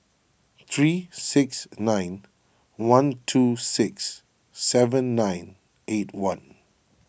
three six nine one two six seven nine eight one